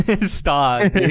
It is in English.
Stop